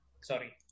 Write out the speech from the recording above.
Sorry